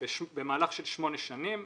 במהלך של שמונה שנים,